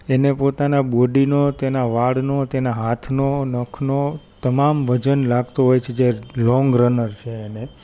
એને પોતાના બોડીનો તેના વાળનો તેના હાથનું નખનું તમામ વજન લાગતો હોય છે જે લોંગ રનર છે એને